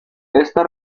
esta